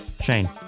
Shane